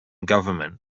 government